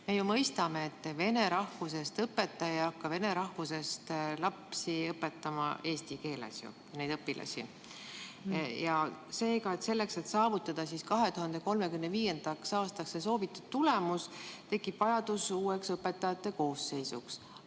Me ju mõistame, et vene rahvusest õpetaja ei hakka vene rahvusest lapsi õpetama eesti keeles. Seega, selleks et saavutada 2035. aastaks soovitud tulemus, tekib vajadus uue õpetajate koosseisu